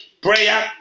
prayer